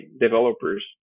developers